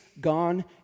gone